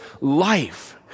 life